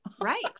Right